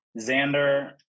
xander